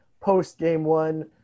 post-game-one